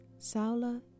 Saula